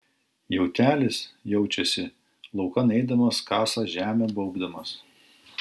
jautelis jaučiasi laukan eidamas kasa žemę baubdamas